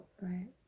right